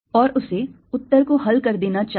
और उसे उत्तर को हल कर देना चाहिए